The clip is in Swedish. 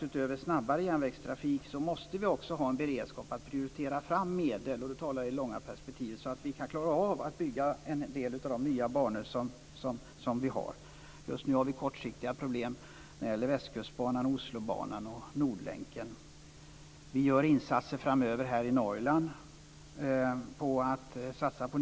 Utöver snabbare järnvägstrafik tror jag att vi också måste ha en beredskap att prioritera fram medel - och då talar jag i det långa perspektivet - så att vi klarar av att bygga en del av de nya banor som vi har planerat. Just nu har vi kortsiktiga problem när det gäller Västkustbanan, Oslobanan och Nordlänken. Vi satsar på nya banor i Norrland framöver.